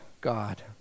God